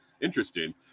Interesting